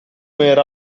era